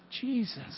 Jesus